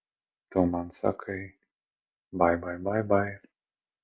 tu man sakai bai bai bai bai